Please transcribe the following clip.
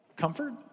comfort